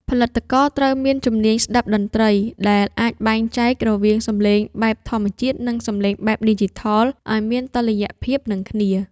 ផលិតករត្រូវមាន ជំនាញស្ដាប់តន្ត្រី ដែលអាចបែងចែករវាងសំឡេងបែបធម្មជាតិ និងសំឡេងបែបឌីជីថល ឱ្យមានតុល្យភាពនឹងគ្នា។